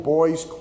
Boys